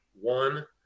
one